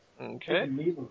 Okay